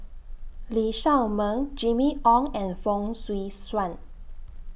Lee Shao Meng Jimmy Ong and Fong Swee Suan